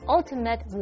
Ultimate